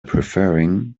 preferring